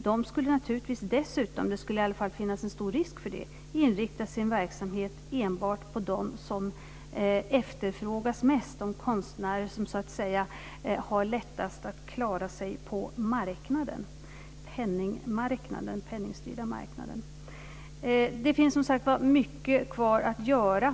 Det skulle dessutom finnas en stor risk för att det skulle inrikta sin verksamhet enbart på de konstnärer som efterfrågas mest, på dem som har lättast att klara sig på den penningstyrda marknaden. Det finns som sagt mycket kvar att göra.